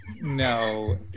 No